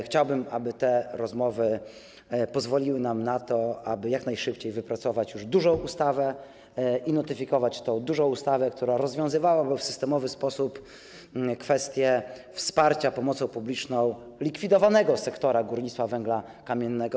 Chciałbym, aby te rozmowy pozwoliły nam na to, aby jak najszybciej wypracować i notyfikować tę dużą ustawę, która rozwiązywałaby w systemowy sposób kwestie wsparcia pomocą publiczną likwidowanego sektora górnictwa węgla kamiennego.